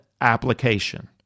application